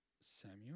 Samuel